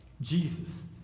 Jesus